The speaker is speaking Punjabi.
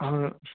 ਹਾਂ